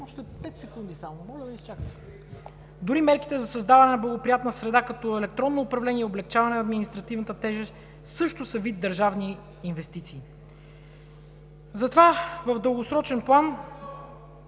още пет секунди само. Моля Ви да изчакате. Дори мерките за създаване на благоприятна среда, като електронно управление и облекчаване на административната тежест, също са вид държавни инвестиции. Затова в дългосрочен план…